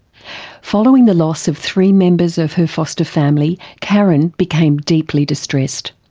following the loss of three members of her foster family, karen became deeply distressed.